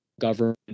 government